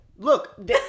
Look